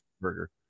burger